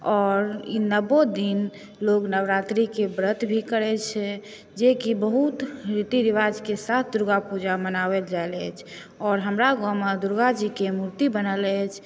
आओर ई नओ दिन लोक नवरात्रिके व्रत भी करै छै जेकि बहुत रीति रिवाजके साथ दुर्गा पूजा मनाओल जाइत अछि आओर हमरा गाँवमे दुर्गाजीकेँ मुर्ति बनल अछि